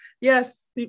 Yes